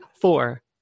four